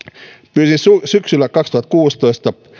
pyysin syksyllä kaksituhattakuusitoista